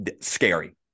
scary